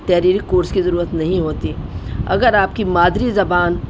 تحریری کورس کی ضرورت نہیں ہوتی اگر آپ کی مادری زبان